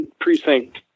precinct